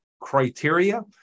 criteria